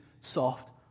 soft